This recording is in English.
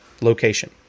location